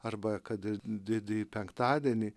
arba kad ir didįjį penktadienį